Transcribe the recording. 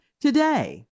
Today